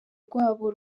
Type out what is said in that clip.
rwabo